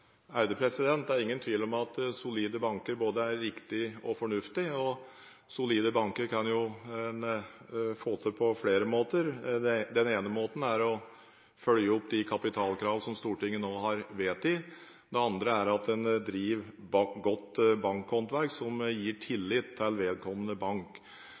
Det er ingen tvil om at solide banker både er riktig og fornuftig, og solide banker kan en få til på flere måter. Den ene måten er å følge opp de kapitalkrav som Stortinget nå har vedtatt. Det andre er at en driver godt bankhåndverk, som gir tillit til vedkommende bank.